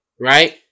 right